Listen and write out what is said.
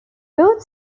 both